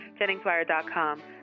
JenningsWire.com